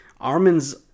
Armin's